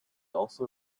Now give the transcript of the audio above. also